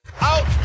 Out